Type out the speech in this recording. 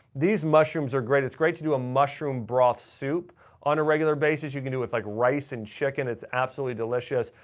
these mushrooms are great, it's great to do a mushroom broth soup on a regular basis. you can do like rice and chicken, it's absolutely delicious.